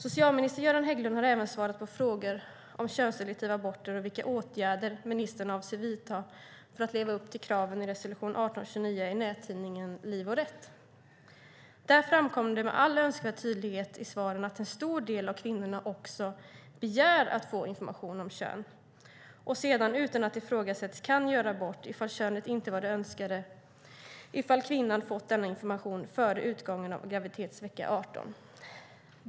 Socialminister Göran Hägglund har även svarat på frågor om könsselektiva aborter och vilka åtgärder ministern avser att vidta för att leva upp till kraven i resolution 1829 i nättidningen Liv och Rätt. Där framkom det med all önskvärd tydlighet i svaren att en stor del av kvinnorna också begär att få information om kön och sedan, utan att det ifrågasätts, kan göra abort ifall könet inte var det önskade om kvinnan fått denna information före utgången av graviditetsvecka 18.